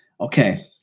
Okay